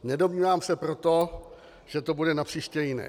Nedomnívám se proto, že to bude napříště jiné.